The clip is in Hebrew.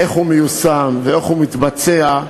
איך הוא מיושם ואיך הוא מתבצע,